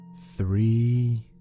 three